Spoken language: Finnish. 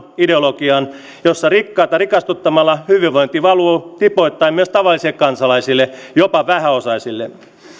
ideologiaan jossa rikkaita rikastuttamalla hyvinvointi valuu tipoittain myös tavallisille kansalaisille jopa vähäosaisille